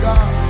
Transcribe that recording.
God